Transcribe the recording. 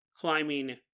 climbing